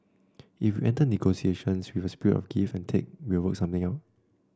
if we enter negotiations with a spirit of give and take we will work something out